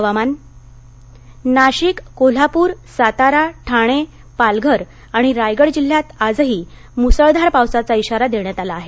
हवामान आज नाशिक कोल्हापूर आणि सातारा ठाणे पालघर आणि रायगड जिल्ह्यातही मुसळधार पावसाचा इशारा देण्यात आला आहे